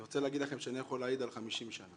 אני רוצה להגיד לכם שאני יכול להעיד על 50 שנה.